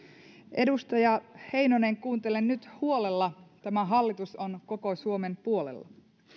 edustaja heinonen kuuntele nyt huolella tämä hallitus on koko suomen puolella